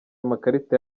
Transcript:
amakarita